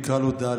נקרא לו ד',